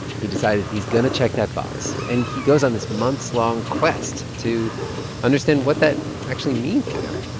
he decided he's going to check that box. and he goes on this months-long quest to understand what that actually means to him.